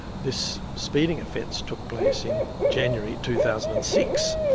this speeding offence took place in january, two thousand and six.